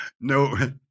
no